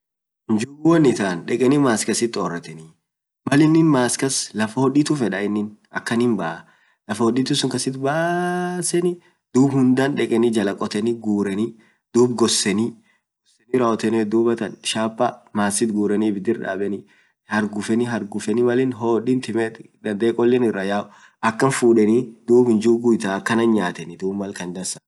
njuguu akaam oreteenii ininn laaf hodituut baa, maas kasiit duub hundaan koteeni jalaa gureenii duub goseeni shapaa maas it gureenii hargufeniii duub malkoliin iraa yaa akasin nyateeni duub.